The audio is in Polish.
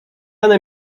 one